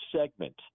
segment